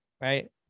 right